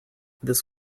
this